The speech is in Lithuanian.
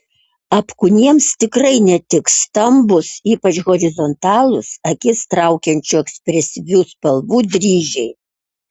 apkūniems tikrai netiks stambūs ypač horizontalūs akis traukiančių ekspresyvių spalvų dryžiai